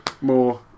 more